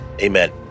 Amen